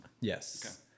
Yes